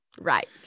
right